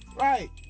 Right